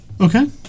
Okay